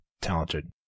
talented